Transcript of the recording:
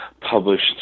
published